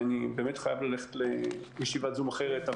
אני באמת חייב ללכת לישיבת זום אחרת.